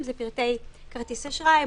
הם פרטי כרטיס אשראי,